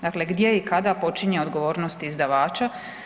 Dakle, gdje i kada počinje odgovornost izdavača?